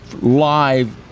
live